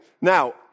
Now